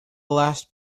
last